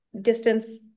distance